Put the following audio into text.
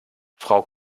frau